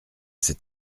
cet